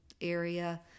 area